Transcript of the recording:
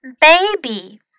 baby